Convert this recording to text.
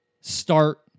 start